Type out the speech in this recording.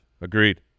Agreed